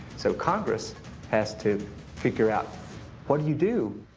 so congress has to figure out what do you do?